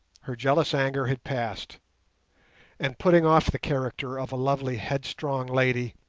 her jealous anger had passed and putting off the character of a lovely headstrong lady,